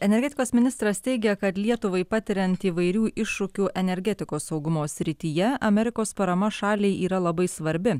energetikos ministras teigia kad lietuvai patiriant įvairių iššūkių energetikos saugumo srityje amerikos parama šaliai yra labai svarbi